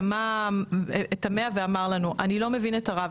תמה ואמר לנו: אני לא מבין את הרב,